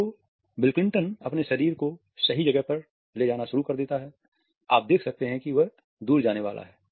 तो वह अपने शरीर को सही जगह पर ले जाना शुरू कर देता है आप देख सकते हैं कि वह दूर जाने वाला है